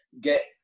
get